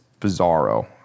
bizarro